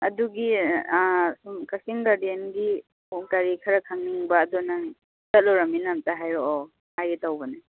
ꯑꯗꯨꯒꯤ ꯁꯨꯝ ꯀꯛꯆꯤꯡꯗ ꯒꯥꯔꯗꯦꯟꯒꯤ ꯃꯑꯣꯡ ꯀꯔꯤ ꯈꯔ ꯈꯪꯅꯤꯡꯕ ꯑꯗꯨ ꯅꯪ ꯆꯠꯂꯨꯔꯃꯤꯅ ꯑꯝꯇ ꯍꯥꯏꯔꯛꯑꯣ ꯍꯥꯏꯒꯦ ꯇꯧꯕꯅꯦ